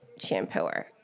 shampooer